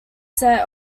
set